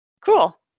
Cool